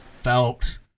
felt